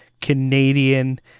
Canadian